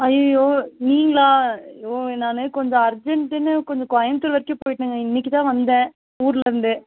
ஐய்யோ நீங்களா ஐயோ நான் கொஞ்சம் அர்ஜென்டுன்னு கொஞ்சம் கோயம்புத்தூர் வரைக்கும் போய்விட்டேங்க இன்றைக்கிதான் வந்தேன் ஊரில் இருந்து